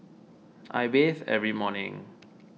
I bathe every morning